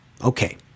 Okay